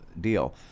deal